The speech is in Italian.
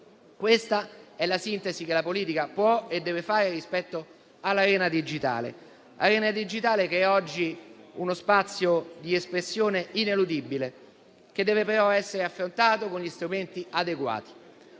Questa è la sintesi che la politica può e deve fare rispetto all'arena digitale, che è oggi uno spazio di espressione ineludibile che deve però essere affrontato con strumenti adeguati.